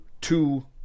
two